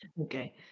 Okay